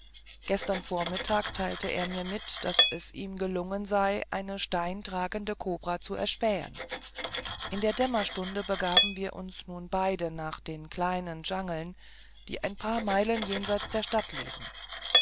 gestern vormittag teilte er mir mit daß es ihm gelungen sei eine steintragende kobra zu erspähen in der dämmerstunde begaben wir uns nun beide nach den kleinen dschangeln die ein paar meilen jenseits der stadt liegen